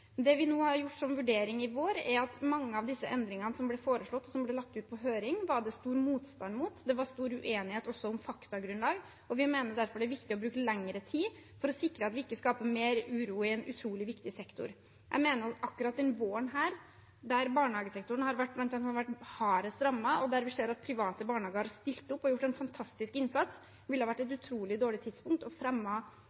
Det vi har gjort som vurdering i vår, er at mange av de endringene som ble foreslått, som ble lagt ut på høring, var det stor motstand mot – det var stor uenighet også om faktagrunnlag. Vi mener derfor det er viktig å bruke lengre tid, for å sikre at vi ikke skaper mer uro i en utrolig viktig sektor. Jeg mener at akkurat denne våren, der barnehagesektoren har vært blant de hardest rammede, og der vi ser at private barnehager har stilt opp og gjort en fantastisk innsats, ville ha vært et